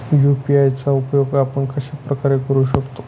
UPI चा उपयोग आपण कशाप्रकारे करु शकतो?